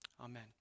Amen